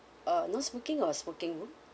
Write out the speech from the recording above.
uh non smoking or smoking room